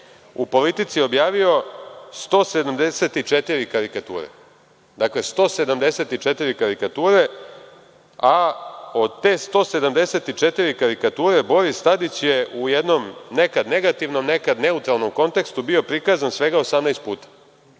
u „Politici“ objavio 174 karikature, dakle, 174 karikature, a od te 174 karikature, Boris Tadić je u jednom nekad negativnom, nekad neutralnom kontekstu bio prikazan svega 18 puta.E,